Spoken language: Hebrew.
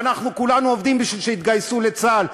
ואנחנו כולנו עובדים כדי שיתגייסו לצה"ל,